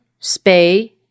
spay